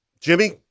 Jimmy